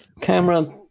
camera